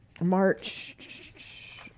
march